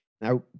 Now